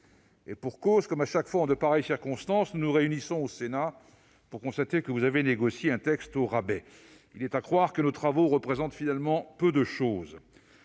Et pour cause : comme chaque fois en de pareilles circonstances, nous nous réunissons au Sénat pour constater que vous avez négocié un texte au rabais. Il est à croire que nos travaux représentent finalement peu de choses